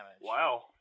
Wow